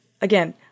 again